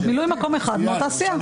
מילוי מקום אחד מאותה סיעה.